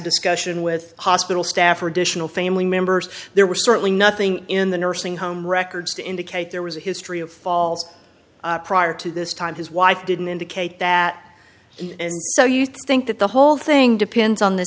discussion with hospital staff or additional family members there was certainly nothing in the nursing home records to indicate there was a history of falls prior to this time his wife didn't indicate that and so you think that the whole thing depends on the